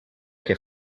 que